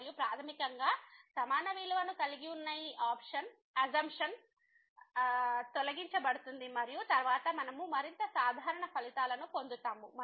మరియు ప్రాథమికంగా సమాన విలువలను కలిగి ఉన్న ఈ అసమ్ప్శన తొలగించబడుతుంది మరియు తరువాత మనము మరింత సాధారణ ఫలితాలను పొందుతాము